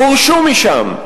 גורשו משם.